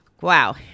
wow